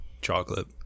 chocolate